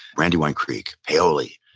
brandywine creek, paoli,